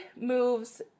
moves